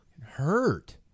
hurt